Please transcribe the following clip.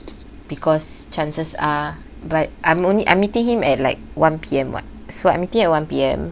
because chances are but I'm only I'm meeting him at like one P_M [what] so I'm meeting at one P_M